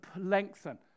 lengthen